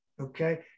Okay